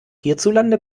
hierzulande